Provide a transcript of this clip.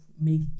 make